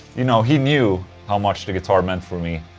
you know, he knew how much the guitar meant for me.